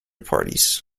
parties